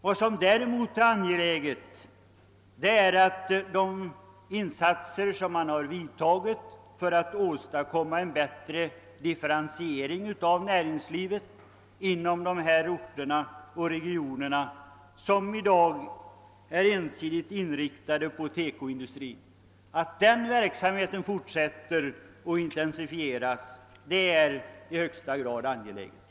Vad som däremot är angeläget är att man fortsätter att göra insatser av den typ som man har gjort för att åstadkomma en bättre differentiering av näringslivet på de orter och inom de regioner, som i dag är ensidigt inriktade på TEKO-industrin; det är i högsta grad angeläget att denna verksamhet fortsätter och intensifieras. portfrämjande åtgärder och utbildningsåtgärder för dessa industrier.